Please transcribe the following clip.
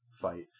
fight